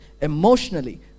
emotionally